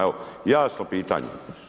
Evo jasno pitanje.